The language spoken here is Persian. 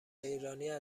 ایرانیها